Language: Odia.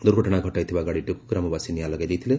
ଦୁର୍ଘଟଣା ଘଟାଇଥିବା ଗାଡ଼ିଟିକୁ ଗ୍ରାମବାସୀ ନିଆଁ ଲଗାଇ ଦେଇଥିଲେ